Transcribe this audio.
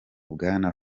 bwana